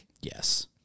yes